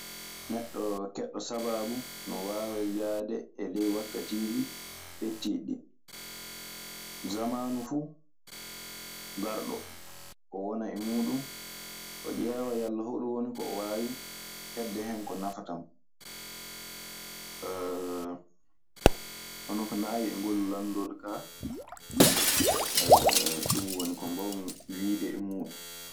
Neɗɗo keɓɗo sabaabu no waawa yahde e ley waakatiiji ɓettiɗi ɗii. Samaanu fuu garɗo, o wonan e muuɗun. O ƴeewa yalla hoɗun woni ko o waawi heɓde hen ko nafata mo.